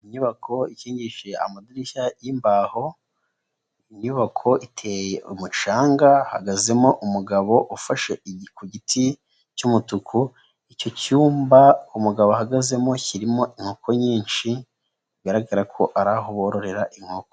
Inyubako ikingishije amadirishya y'imbaho, inyubako iteye umucanga hahagazemo umugabo ufashe igi ku giti cy'umutuku, icyo cyumba umugabo ahagazemo kirimo inkoko nyinshi, bigaragara ko ari aho bororera inkoko.